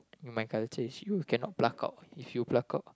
in my culture is you cannot pluck out if you pluck out